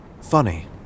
Funny